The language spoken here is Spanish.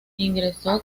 ingresó